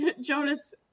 Jonas